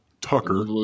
Tucker